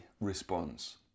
response